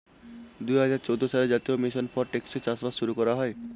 দুই হাজার চৌদ্দ সালে জাতীয় মিশন ফর টেকসই চাষবাস শুরু করা হয়